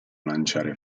lanciare